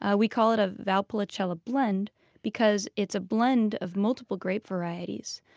ah we call it a valpolicella blend because it's a blend of multiple grape varieties.